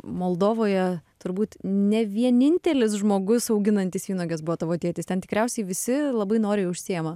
moldovoje turbūt ne vienintelis žmogus auginantis vynuoges buvo tavo tėtis ten tikriausiai visi labai noriai užsiema